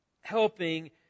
helping